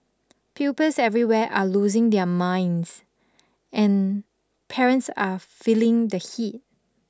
pupils everywhere are losing their minds and parents are feeling the heat